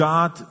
God